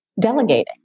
delegating